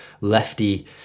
Lefty